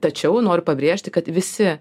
tačiau noriu pabrėžti kad visi